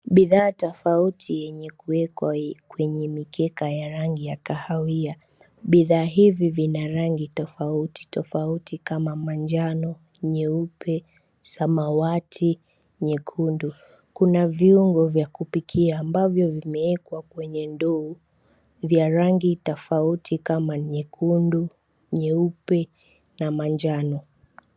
Bidhaa tofauti yenye kuwekwa kwenye mikeka ya rangi ya kahawia. Bidhaa hivi vina rangi tofauti tofauti kama manjano, nyeupe, samawati, nyekundu. Kuna viungo vya kupikia ambavyo vimewekwa kwenye ndoo vya rangi tofauti kama nyekundu, nyeupe na manjano.